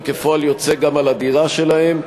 וכפועל יוצא גם על הדירה שלהם.